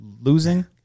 losing